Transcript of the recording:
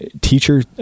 teacher